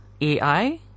AI